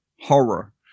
horror